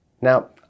Now